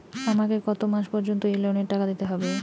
আমাকে কত মাস পর্যন্ত এই লোনের টাকা দিতে হবে?